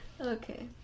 Okay